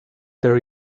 there